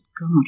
God